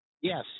Yes